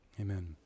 amen